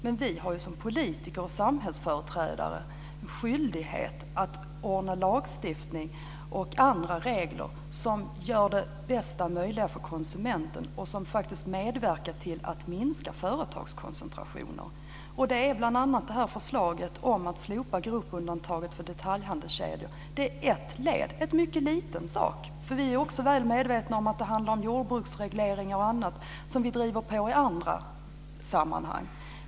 Men vi har ju som politiker och samhällsföreträdare en skyldighet att ordna lagstiftning och andra regler som gör att det blir den bästa möjliga situationen för konsumenten och som faktiskt medverkar till att minska företagskoncentrationer. Det här förslaget om att slopa gruppundantaget för detaljhandelskedjor är ett led. Det är en mycket liten sak. Vi är också väl medvetna om att det handlar om jordbruksregleringar och andra frågor som vi driver i andra sammanhang.